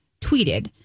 tweeted